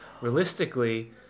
Realistically